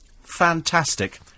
Fantastic